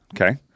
Okay